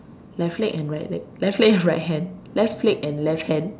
left leg and right leg left leg and right hand left leg and left hand